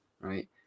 right